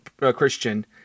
Christian